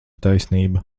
taisnība